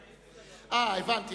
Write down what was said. הבנתי.